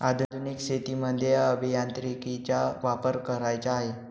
आधुनिक शेतीमध्ये अभियांत्रिकीचा वापर करायचा आहे